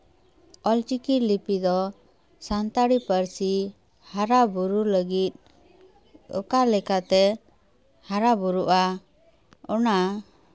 ᱚᱞᱪᱤᱠᱤ ᱞᱤᱯᱤ ᱫᱚ ᱥᱟᱱᱛᱟᱲᱤ ᱯᱟᱹᱨᱥᱤ ᱦᱟᱨᱟ ᱵᱩᱨᱩ ᱞᱟᱹᱜᱤᱫ ᱚᱠᱟ ᱞᱮᱠᱟᱛᱮ ᱦᱟᱨᱟ ᱵᱩᱨᱩᱜᱼᱟ ᱚᱱᱟ